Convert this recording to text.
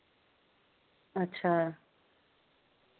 अच्छा